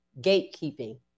gatekeeping